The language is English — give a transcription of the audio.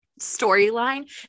storyline